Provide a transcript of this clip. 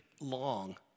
long